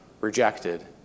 rejected